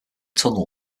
tunnel